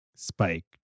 Spike